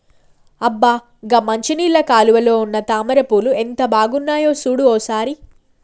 అబ్బ గా మంచినీళ్ళ కాలువలో ఉన్న తామర పూలు ఎంత బాగున్నాయో సూడు ఓ సారి